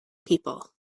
people